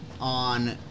on